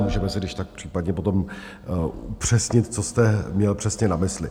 Můžeme si když tak případně potom upřesnit, co jste měl přesně na mysli.